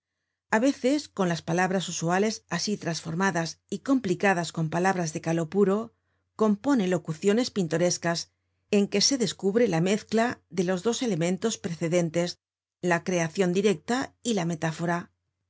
a veces con las palabras usuales asi trasformadas y complicadas con palabras de caló puro compone locuciones pintorescas en que se descubre la mezcla de los dos elementos precedentes la creacion directa y la metáfora